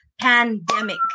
Pandemic